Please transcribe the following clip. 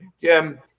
jim